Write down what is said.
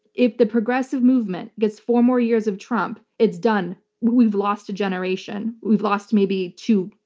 if the progressive movement gets four more years of trump, it's done. we've lost a generation, we've lost maybe two,